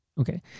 Okay